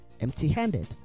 empty-handed